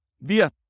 via